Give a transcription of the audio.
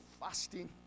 fasting